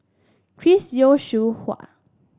Chris Yeo Xiu Hua